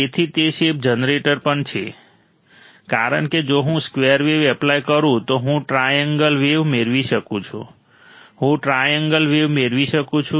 તેથી તે shape generator પણ છે કારણ કે જો હું સ્કવેર વેવ એપ્લાય કરું તો હું ટ્રાએન્ગલ વેવ મેળવી શકું છું હું ટ્રાએન્ગલ વેવ મેળવી શકું છું